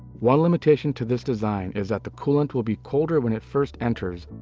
one limitation to this design is that the coolant will be colder when it first enters,